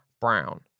Brown